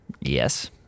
Yes